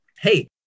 Hey